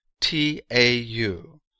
T-A-U